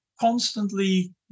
constantly